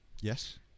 Yes